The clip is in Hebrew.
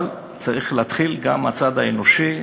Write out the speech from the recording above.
אבל צריך להתחיל גם מהצד האנושי,